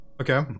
okay